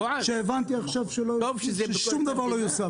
והבנתי עכשיו ששום דבר לא יושם.